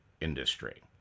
industry